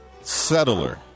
Settler